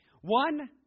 One